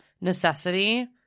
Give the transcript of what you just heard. necessity